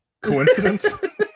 coincidence